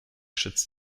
schützt